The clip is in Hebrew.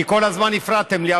כי כל הזמן הפרעתם לי.